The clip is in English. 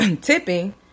tipping